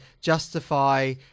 justify